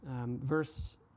Verse